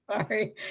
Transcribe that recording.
Sorry